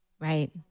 Right